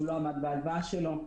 שהוא לא עמד בהלוואה שלו,